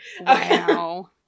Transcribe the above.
Wow